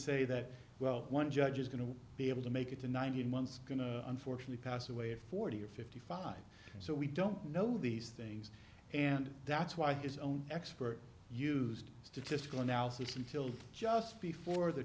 say that well one judge is going to be able to make it to nineteen months unfortunately passed away at forty or fifty five so we don't know these things and that's why his own expert used statistical analysis until just before the